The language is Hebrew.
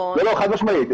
לא, חד משמעית.